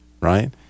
right